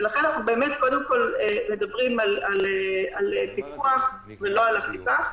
לכן אנחנו קודם כול מדברים על פיקוח ולא על אכיפה.